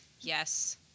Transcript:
Yes